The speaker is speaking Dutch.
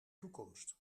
toekomst